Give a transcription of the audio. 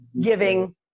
giving